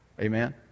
Amen